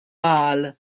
qal